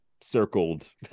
circled